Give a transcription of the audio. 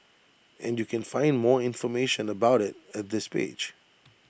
and you can find more information about IT at this page